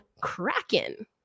Kraken